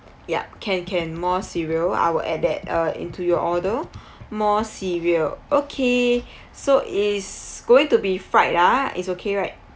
yup can can more cereal I will add that uh into your order more cereal okay so it's going to be fried ah it's okay right